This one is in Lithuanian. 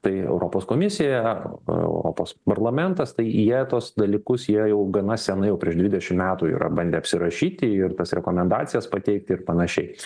tai europos komisija europos parlamentas tai jie tuos dalykus jie jau gana senai jau prieš dvidešim metų yra bandę apsirašyti ir tas rekomendacijas pateikti ir panašiai